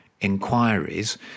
inquiries